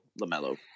Lamelo